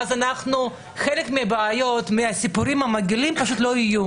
ואז חלק מהבעיות ומהסיפורים המגעילים פשוט לא יהיו.